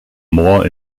moor